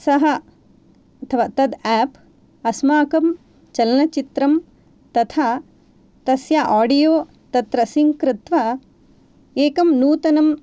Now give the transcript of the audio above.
सः अथवा तत् आप् अस्माकं चलनचित्रं तथा तस्य आडियो तत्र सिङ्क् कृत्वा एकं नूतनं